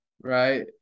Right